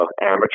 amateur